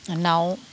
उनाव